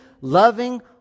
loving